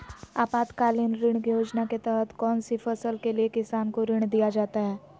आपातकालीन ऋण योजना के तहत कौन सी फसल के लिए किसान को ऋण दीया जाता है?